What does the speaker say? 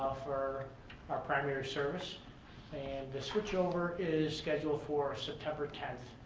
for our primary service and the switch over is scheduled for september tenth.